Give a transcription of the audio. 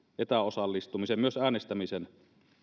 etäosallistumisen myös äänestämisen